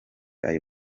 ayo